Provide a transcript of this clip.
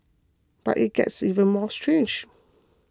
but it gets even more strange